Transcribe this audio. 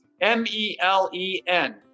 M-E-L-E-N